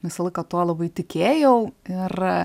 visą laiką tuo labai tikėjau ir